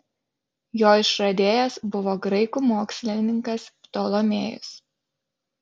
jo išradėjas buvo graikų mokslininkas ptolomėjus